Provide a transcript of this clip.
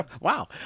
Wow